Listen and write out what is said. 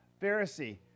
Pharisee